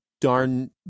darn